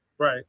Right